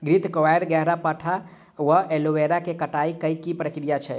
घृतक्वाइर, ग्यारपाठा वा एलोवेरा केँ कटाई केँ की प्रक्रिया छैक?